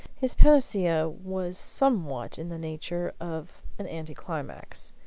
his panacea was somewhat in the nature of an anti-climax,